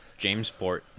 Jamesport